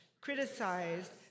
criticized